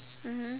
mmhmm